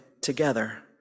together